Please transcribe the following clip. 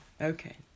Okay